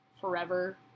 Forever